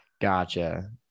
gotcha